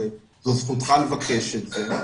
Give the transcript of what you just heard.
זאת זכותך לבקש את זה.